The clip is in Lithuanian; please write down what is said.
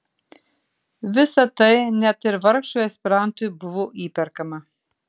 visa tai net ir vargšui aspirantui buvo įperkama